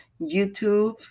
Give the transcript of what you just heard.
YouTube